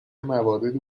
مواردی